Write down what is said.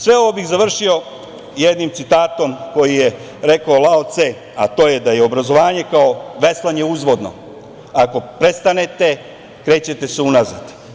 Sve ovo bih završio jednim citatom koji je rekao Lao Ce, a to je da je obrazovanje, kao veslanje, uzvodno, ako prestanete krećete se unazad.